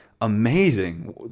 amazing